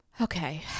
Okay